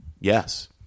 Yes